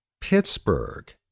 Pittsburgh